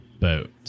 Boat